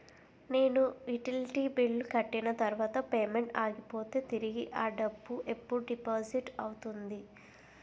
నేను utility bill కట్టిన తర్వాత పేమెంట్ ఆగిపోతే తిరిగి అ డబ్బు ఎప్పుడు డిపాజిట్ అవుతుంది?